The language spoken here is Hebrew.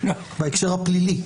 זה בהקשר הפלילי.